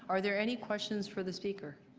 are there any questions for the speaker?